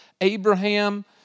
Abraham